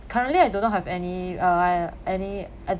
currently I do not have any uh any